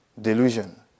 delusion